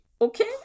okay